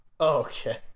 Okay